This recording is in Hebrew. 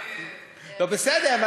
לא, בסדר.